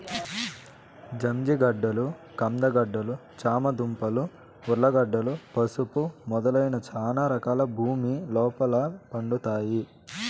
జంజిగడ్డలు, కంద గడ్డలు, చామ దుంపలు, ఉర్లగడ్డలు, పసుపు మొదలైన చానా రకాలు భూమి లోపల పండుతాయి